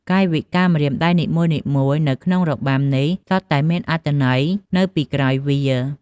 កាយវិការម្រាមដៃនីមួយៗនៅក្នុងរបាំនេះសុទ្ធតែមានអត្ថន័យនៅពីក្រោយវា។